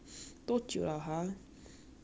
mm I think hor